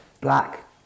black